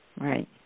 Right